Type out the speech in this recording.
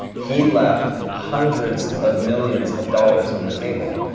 he left hundreds of millions of dollars on the table.